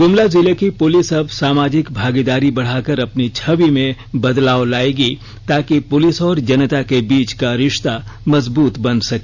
ग्मला जिले की पुलिस अब सामाजिक भागीदारी बढ़ाकर अपनी छवि में बदलाव लाएगी ताकि पुलिस और जनता के बीच का रिश्ता मजबूत बन सके